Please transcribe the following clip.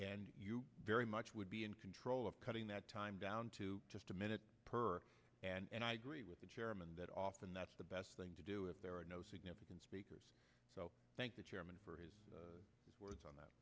and you very much would be in control of cutting that time down to just a minute per and i agree with the chairman that often that's the best thing to do if there are no significant speakers so thank the chairman for his words on that